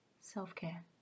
Self-care